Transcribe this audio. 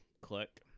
click